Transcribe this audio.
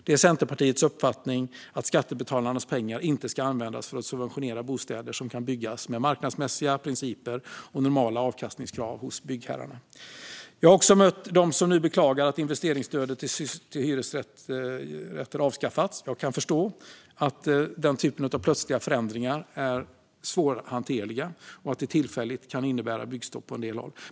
Det är Centerpartiets uppfattning att skattebetalarnas pengar inte ska användas för att subventionera bostäder som kan byggas med marknadsmässiga principer och normala avkastningskrav hos byggherrarna. Jag har också mött dem som nu beklagar att investeringsstödet till hyresrätter avskaffats. Jag kan förstå att den typen av plötsliga förändringar är svårhanterliga och att det tillfälligt kan innebära byggstopp på en del håll.